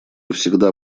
всегда